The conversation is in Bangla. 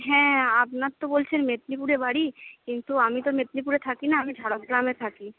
হ্যাঁ আপনার তো বলছেন মেদিনীপুরে বাড়ি কিন্তু আমি তো মদিনীপুরে থাকিনা আমি ঝাড়গ্রামে থাকি